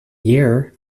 year